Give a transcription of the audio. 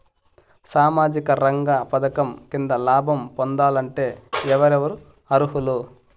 సామాజిక రంగ పథకం కింద లాభం పొందాలంటే ఎవరెవరు అర్హులు?